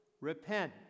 repent